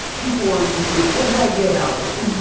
people want to say, what do i get out of it?